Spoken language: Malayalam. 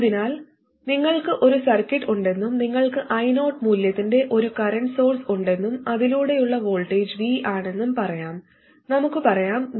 അതിനാൽ നിങ്ങൾക്ക് ഒരു സർക്യൂട്ട് ഉണ്ടെന്നും നിങ്ങൾക്ക് I0 മൂല്യത്തിന്റെ ഒരു കറന്റ് സോഴ്സ് ഉണ്ടെന്നും അതിലൂടെയുള്ള വോൾട്ടേജ് Vx ആണെന്നും പറയാം നമുക്ക് പറയാം Vx